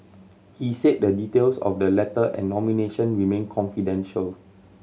he said the details of the letter and nomination remain confidential